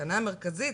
הטענה המרכזית,